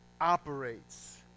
operates